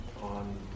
on